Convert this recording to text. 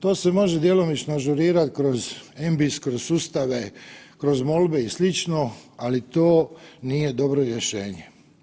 To se može djelomično ažurirat kroz …/nerazumljivo/… kroz sustave, kroz molbe i slično ali to nije dobro rješenje.